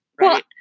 right